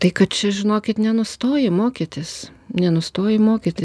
tai kad čia žinokit nenustoji mokytis nenustoji mokyti